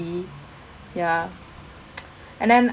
ya and then